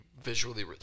visually